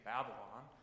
Babylon